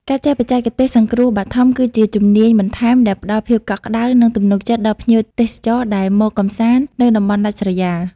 ការចេះបច្ចេកទេសសង្គ្រោះបឋម គឺជាជំនាញបន្ថែមដែលផ្តល់ភាពកក់ក្តៅ និងទំនុកចិត្តដល់ភ្ញៀវទេសចរដែលមកកម្សាន្តនៅតំបន់ដាច់ស្រយាល។